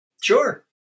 Sure